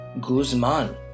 Guzman